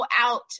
out